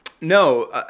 No